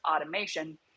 automation